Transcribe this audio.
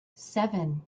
seven